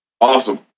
Awesome